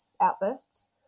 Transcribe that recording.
outbursts